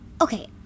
Okay